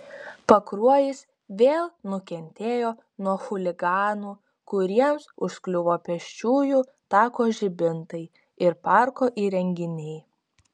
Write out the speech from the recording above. pakruojis vėl nukentėjo nuo chuliganų kuriems užkliuvo pėsčiųjų tako žibintai ir parko įrenginiai